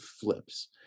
flips